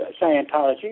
Scientology